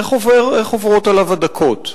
איך עוברות עליו הדקות?